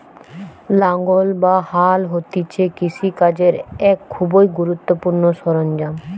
লাঙ্গল বা হাল হতিছে কৃষি কাজের এক খুবই গুরুত্বপূর্ণ সরঞ্জাম